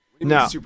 no